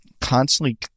constantly